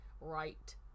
right